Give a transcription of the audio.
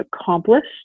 accomplished